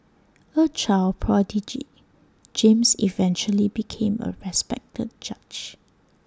A child prodigy James eventually became A respected judge